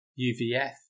UVF